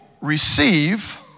receive